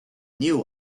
new